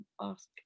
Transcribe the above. ask